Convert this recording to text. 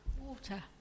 Water